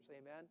Amen